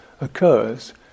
occurs